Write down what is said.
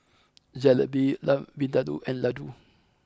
Jalebi Lamb Vindaloo and Ladoo